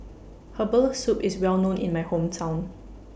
Herbal Soup IS Well known in My Hometown